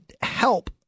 help